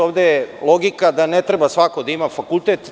Ovde je logika da ne treba svako da ima fakultete.